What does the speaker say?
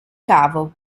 cavo